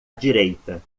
direita